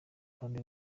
kandi